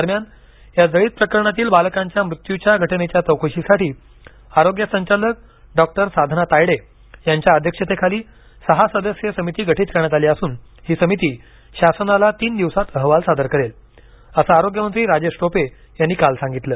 दरम्यान या जळीत प्रकरणातील बालकांच्या मृत्यूच्या घटनेच्या चौकशीसाठी आरोग्य संचालक डॉक्टर साधना तायडे यांच्या अध्यक्षतेखाली सहा सदस्यीय समिती गठित करण्यात आली असून ही समिती शासनाला तीन दिवसात अहवाल सादर करेल असं आरोग्यमंत्री राजेश टोपे यांनी काल सांगितले